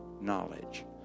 Knowledge